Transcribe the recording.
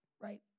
Right